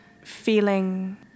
feeling